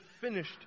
finished